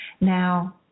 now